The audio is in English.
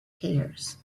hairs